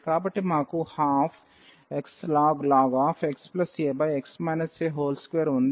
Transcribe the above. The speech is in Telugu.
కాబట్టి మాకు 12xln xa x a2 ఉంది